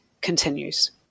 continues